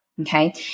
okay